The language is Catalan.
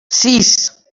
sis